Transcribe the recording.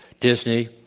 disney,